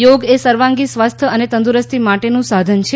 યોગએ સર્વાંગી સ્વાસ્થ્ય અને તંદુરસ્તી માટેનું સાધન છે